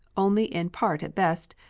only in part at best,